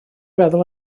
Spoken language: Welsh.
feddwl